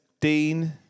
Dean